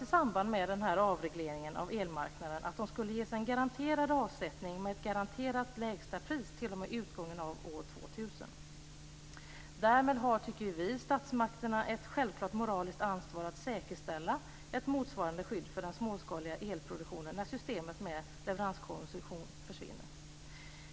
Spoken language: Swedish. I samband med avregleringen av elmarknaden utlovades att dessa producenter skulle ges en garanterad avsättning med ett garanterat lägsta pris t.o.m. utgången av år 2000. Därmed tycker vi att statsmakterna har ett självklart moraliskt ansvar att säkerställa ett motsvarande skydd för den småskaliga elproduktionen när systemet med leveranskoncession försvinner.